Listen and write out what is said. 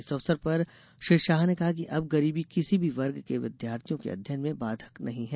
इस अवसर पर श्री शाह ने कहा कि अब गरीबी किसी भी वर्ग के विद्यार्थी के अध्ययन में बाधक नही है